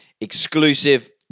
exclusive